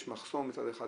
יש מחסור מצד אחד,